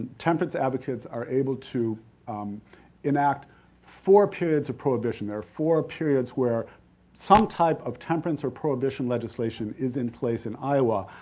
temperance advocates are able to um enact four periods of prohibition. there are four periods where some type of temperance or prohibition legislation is in place in iowa.